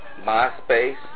MySpace